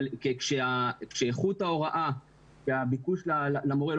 אבל כשאיכות ההוראה והביקוש למורה לא